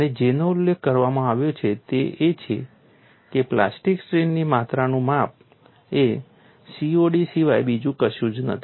અને જેનો ઉલ્લેખ કરવામાં આવ્યો છે તે એ છે કે પ્લાસ્ટિક સ્ટ્રેઇનની માત્રાનું માપ એ COD સિવાય બીજું કશું જ નથી